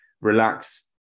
relax